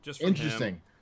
interesting